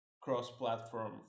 cross-platform